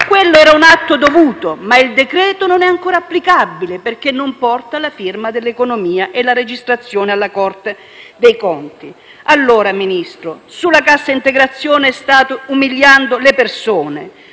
Quello era un atto dovuto, ma il decreto non è ancora applicabile perché non porta la firma dell'Economia e la registrazione alla Corte dei conti. Allora, Ministro, sulla cassa integrazione state umiliando le persone;